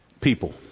people